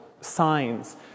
signs